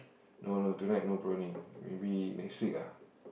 no no tonight no prawning maybe next week ah